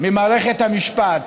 ממערכת המשפט.